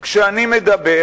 כשאני מדבר